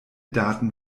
daten